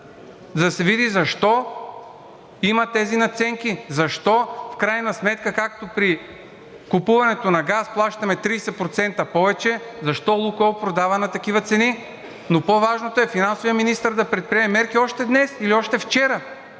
за да се види защо има тези надценки, защо в крайна сметка, както при купуването на газ плащаме 30% повече, защо „Лукойл“ продава на такива цени? Но по-важното е финансовият министър да предприеме мерки още днес или още вчера,